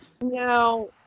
Now